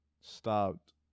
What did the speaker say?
Stopped